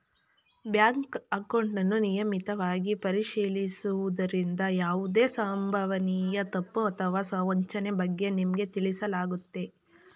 bank ಅಕೌಂಟನ್ನು ನಿಯಮಿತವಾಗಿ ಪರಿಶೀಲಿಸುವುದ್ರಿಂದ ಯಾವುದೇ ಸಂಭವನೀಯ ತಪ್ಪು ಅಥವಾ ವಂಚನೆ ಬಗ್ಗೆ ನಿಮ್ಗೆ ತಿಳಿಸಲಾಗುತ್ತೆ